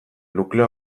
nukleoa